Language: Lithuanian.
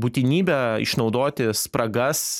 būtinybe išnaudoti spragas